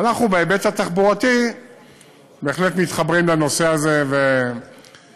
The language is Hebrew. ואנחנו בהיבט התחבורתי בהחלט מתחברים לנושא הזה ומקדמים.